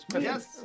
Yes